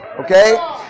Okay